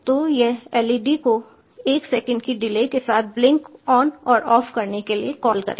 तो यह LED को 1 सेकंड की डिले के साथ ब्लिंक ऑन और ऑफ करने के लिए कॉल करेगा